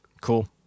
Cool